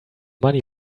money